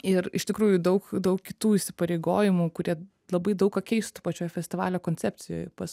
ir iš tikrųjų daug daug kitų įsipareigojimų kurie labai daug ką keistų pačioj festivalio koncepcijoj pas